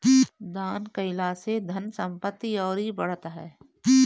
दान कईला से धन संपत्ति अउरी बढ़त ह